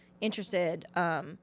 interested